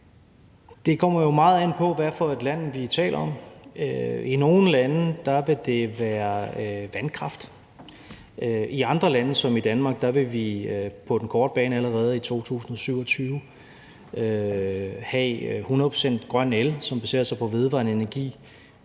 Det kommer jo meget an på, hvad for et land, vi taler om. I nogle lande vil det være vandkraft, i et land som Danmark vil vi på den korte bane allerede i 2027 have 100 pct. grøn el, som baserer sig på vedvarende energi